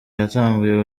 yatanguye